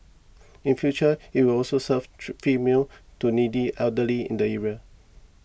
in future it will also serve tree free meals to needy elderly in the area